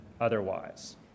otherwise